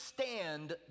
stand